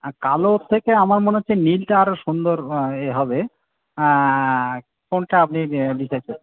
আর কালোর থেকে আমার মনে হচ্ছে নীলটা আরো সুন্দর এ হবে কোনটা আপনি নিতে চান